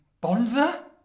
Bonza